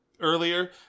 earlier